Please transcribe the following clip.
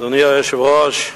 אדוני היושב-ראש,